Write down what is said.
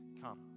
come